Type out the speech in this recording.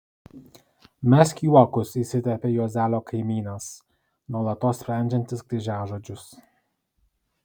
mesk juokus įsiterpia juozelio kaimynas nuolatos sprendžiantis kryžiažodžius